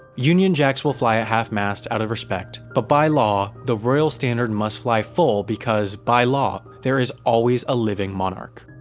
union jacks will fly at half-mast out of respect, but by law the royal standard must fly full because, by law, there is always a living monarch.